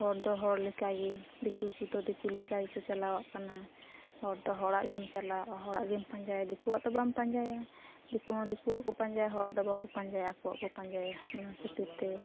ᱦᱚᱲᱫᱚ ᱦᱚᱲ ᱞᱮᱠᱟᱜᱮ ᱫᱤᱠᱩᱠᱚᱫᱚ ᱫᱤᱠᱩ ᱞᱮᱠᱟᱜᱮᱠᱚ ᱪᱟᱞᱟᱣᱟᱜ ᱠᱟᱱᱟ ᱦᱚᱲᱫᱚ ᱦᱚᱲᱟᱜᱮᱢ ᱪᱟᱞᱟᱣᱟᱜᱼᱟ ᱦᱚᱲᱟᱜᱼᱜᱮᱢ ᱯᱟᱸᱡᱟᱭᱟ ᱫᱤᱠᱩᱣᱟᱜᱛᱚ ᱵᱟᱢ ᱯᱟᱸᱡᱟᱭᱟ ᱫᱤᱠᱩᱢᱟ ᱫᱤᱠᱩᱣᱟᱜᱠᱚ ᱯᱟᱸᱡᱟᱭᱟ ᱦᱚᱲᱟᱜᱫᱚ ᱵᱟᱠᱚ ᱯᱟᱸᱡᱟᱭᱟ ᱟᱠᱚᱣᱟᱜᱠᱚ ᱯᱟᱸᱡᱟᱭᱟ ᱱᱤᱭᱟᱹ ᱠᱷᱟᱹᱛᱤᱨᱛᱮ